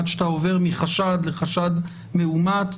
עד שאתה עובר מחשד לחשד מאומת.